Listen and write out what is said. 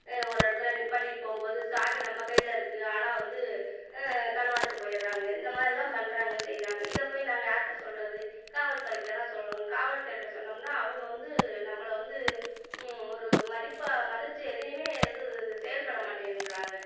ஒரு இடத்துல நிப்பாட்டிட்டுப்போகும்போது சாவி நம்ம கையிலயிருக்கு ஆனால் வந்து களவாண்டுட்டு போயிடுறாங்க இந்த மாதிரியெல்லாம் பண்ணுறாங்கள் செய்கிறாங்கள் இதை போய் நாங்கள் யார்கிட்ட சொல்கிறது காவல் துறைக்கிட்ட தான் சொல்லணும் காவல் துறைகிட்ட சொன்னோம்ண்னால் அவங்க வந்து நம்மளை வந்து ஒரு மதிப்பாக மதித்து எதையுமே இது செயல்படமாட்டேன்றாங்கள்